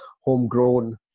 homegrown